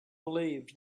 believed